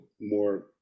more